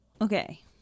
okay